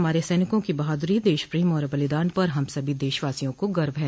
हमारे सैनिकों की बहादुरी देशप्रेम और बलिदान पर हम सभी देशवासियों को गर्व है